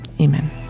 Amen